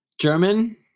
German